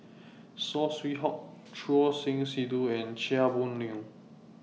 Saw Swee Hock Choor Singh Sidhu and Chia Boon Leong